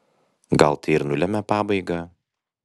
gal tai ir nulemia pabaigą